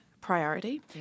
priority